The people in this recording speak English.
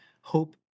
Hope